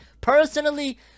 Personally